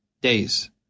days